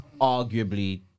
arguably